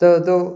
तत्तु